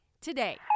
today